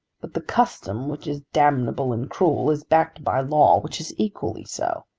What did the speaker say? but the custom which is damnable and cruel, is backed by law which is equally so.